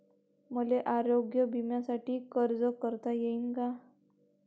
मले आरोग्य बिम्यासाठी अर्ज करता येईन का?